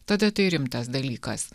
tada tai rimtas dalykas